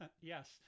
Yes